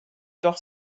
doch